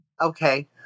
okay